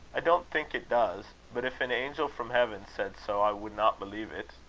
i don't think it does but if an angel from heaven said so, i would not believe it.